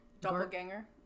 Doppelganger